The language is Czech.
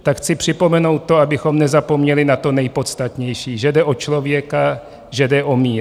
Tak chci připomenout to, abychom nezapomněli na to nejpodstatnější: že jde o člověka, že jde o mír.